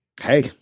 Hey